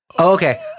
Okay